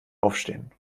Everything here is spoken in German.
aufstehen